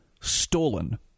stolen